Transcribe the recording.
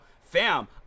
fam